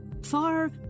far